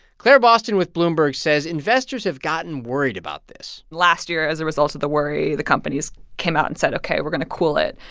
claire boston with bloomberg says investors have gotten worried about this last year, as a result of the worry, the companies came out and said, ok. we're going to cool it.